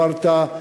אמרת,